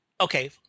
okay